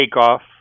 takeoff